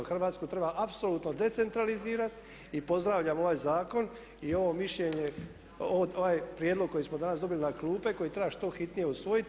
Hrvatsku treba apsolutno decentralizirati i pozdravljam ovaj zakon i ovo mišljenje, ovaj prijedlog koji smo danas dobili na klupe koji treba što hitnije usvojiti.